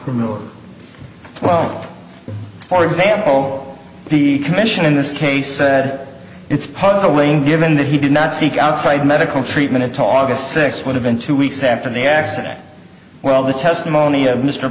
criminal well for example the commission in this case said it's puzzling given that he did not seek outside medical treatment until august sixth would have been two weeks after the accident well the testimony of mr